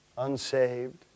unsaved